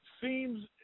seems –